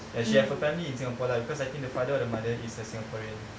and she have a family in singapore lah because I think the father or the mother is a singaporean